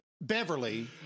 beverly